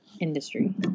industry